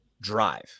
drive